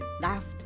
laughed